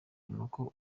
nuko